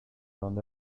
dónde